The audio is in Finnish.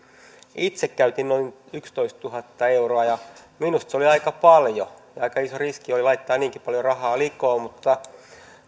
itse käytin noin yksitoistatuhatta euroa ja minusta se oli aika paljon aika iso riski oli laittaa niinkin paljon rahaa likoon mutta